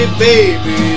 baby